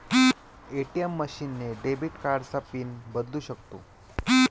ATM machine ने debit कार्डचा PIN बदलू शकतो